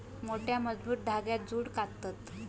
मोठ्या, मजबूत धांग्यांत जूट काततत